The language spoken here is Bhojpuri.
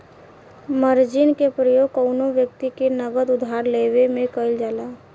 मार्जिन के प्रयोग कौनो व्यक्ति से नगद उधार लेवे में कईल जाला